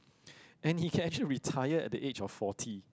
and he can actually retire at the age of forty